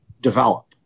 develop